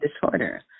disorder